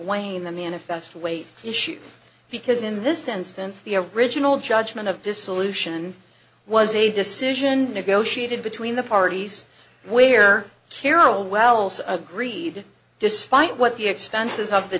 weighing the manifest weight issue because in this instance the original judgment of dissolution was a decision negotiated between the parties where carol wells agreed despite what the expenses of the